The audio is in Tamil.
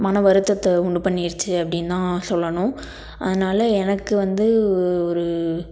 மன வருத்தத்தை உண்டு பண்ணிருச்சு அப்படின்தான் சொல்லணும் அதனால எனக்கு வந்து ஒரு